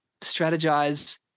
strategize